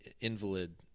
invalid